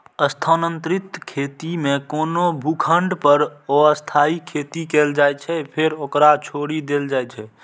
स्थानांतरित खेती मे कोनो भूखंड पर अस्थायी खेती कैल जाइ छै, फेर ओकरा छोड़ि देल जाइ छै